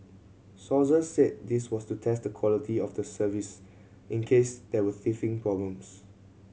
sources said this was to test the quality of the service in case there were teething problems